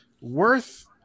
worth